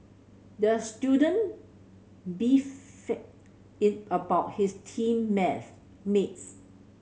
the student about his team maths mates